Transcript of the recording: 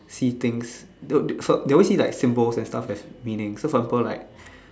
see things they so they always see symbols and stuff has meaning so for example like